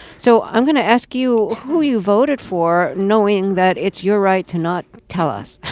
so i'm going to ask you who you voted for, knowing that it's your right to not tell us.